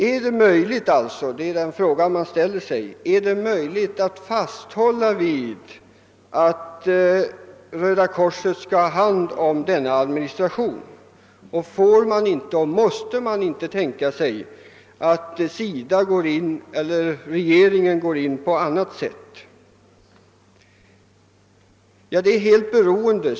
Är det möjligt — det är den fråga man ställer sig — att fasthålla vid att Röda korset skall ha hand om denna administration? Får man inte och måste man inte tänka sig att regeringen träder in på annat sätt?